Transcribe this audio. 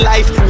Life